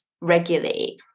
regularly